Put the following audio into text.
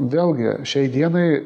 vėlgi šiai dienai